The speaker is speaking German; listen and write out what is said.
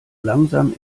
langsam